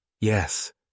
Yes